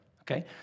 Okay